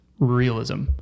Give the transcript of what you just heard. realism